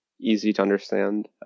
easy-to-understand